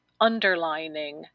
underlining